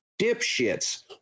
dipshits